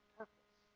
purpose